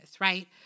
right